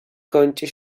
kącie